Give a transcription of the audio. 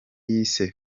yise